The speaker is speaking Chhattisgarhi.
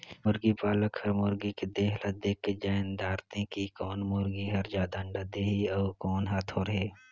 मुरगी पालक हर मुरगी के देह ल देखके जायन दारथे कि कोन मुरगी हर जादा अंडा देहि अउ कोन हर थोरहें